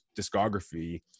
discography